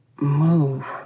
move